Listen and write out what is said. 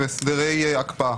השר נענה בחיוב לבקשת שר המשפטים.